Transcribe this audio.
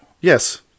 Yes